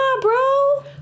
bro